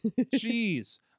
Jeez